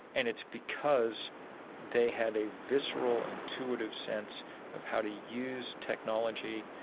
and it's because they have a visceral, intuitive sense of how to use technology,